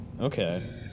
okay